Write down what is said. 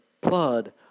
blood